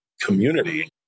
community